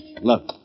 Look